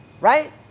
right